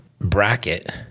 bracket